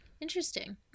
Interesting